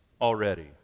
already